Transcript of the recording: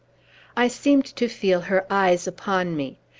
i seemed to feel her eyes upon me.